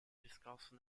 descalço